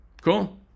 Cool